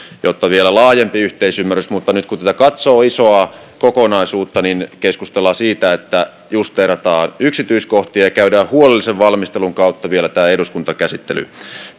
jotta on vielä laajempi yhteisymmärrys mutta nyt kun tätä katsoo isoa kokonaisuutta niin keskustellaan siitä että justeerataan yksityiskohtia ja käydään huolellisen valmistelun kautta vielä tämä eduskuntakäsittely